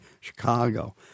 Chicago